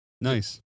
Nice